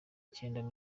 cyenda